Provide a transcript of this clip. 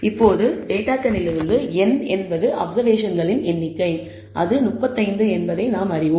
இப்போது டேட்டாகளிலிருந்து n என்பது அப்சர்வேஷன்களின் எண்ணிக்கை அது 35 என நாம் அறிவோம்